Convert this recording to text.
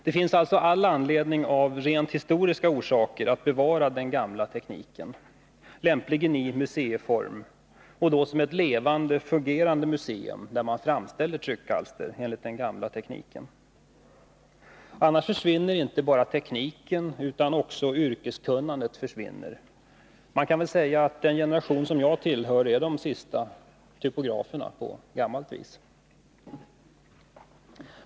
Det finns alltså all anledning att av rent historiska orsaker bevara den gamla tekniken, lämpligen i museiform, och då som ett levande och fungerande museum, där man framställer tryckalster enligt den gamla tekniken. Annars försvinner inte bara tekniken utan också yrkeskunnandet. Man kan väl säga att den generation typografer som jag tillhör är den sista som utbildats att arbeta på gammalt vis.